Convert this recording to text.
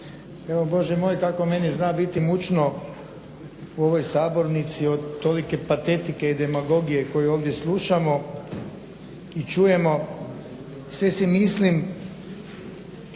Evo Bože moj kako meni zna biti mučno u ovoj sabornici od tolike patetike i demagogije koju ovdje slušamo i čujemo. Sve si mislim